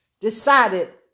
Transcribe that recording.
decided